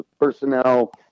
personnel